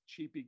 cheapy